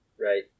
right